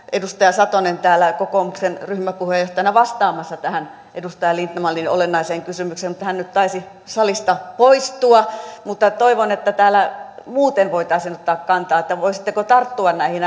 edustaja satonen täällä kokoomuksen ryhmäpuheenjohtajana vastaamassa tähän edustaja lindtmanin olennaiseen kysymykseen mutta hän nyt taisi salista poistua toivon että täällä muuten voitaisiin ottaa kantaa siihen voisitteko tarttua näihin